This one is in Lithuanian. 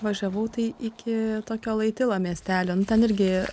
važiavau tai iki tokio laitilo miestelio nu ten irgi